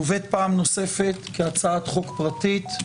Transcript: מובאת פעם נוספת כהצעת חוק פרטית,